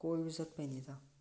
ꯀꯣꯏꯕ ꯆꯠꯄꯩꯅꯤꯗ